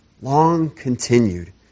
Long-continued